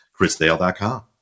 Chrisdale.com